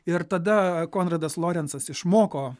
ir tada konradas lorencas išmoko